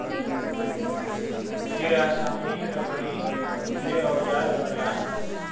फिर आसमी लकड़ी के औजार बनला